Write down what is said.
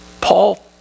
Paul